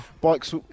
Bikes